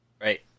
Right